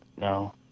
No